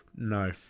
No